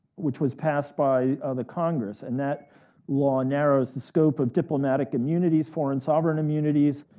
which was passed by the congress, and that law narrows the scope of diplomatic immunities, foreign sovereign immunities,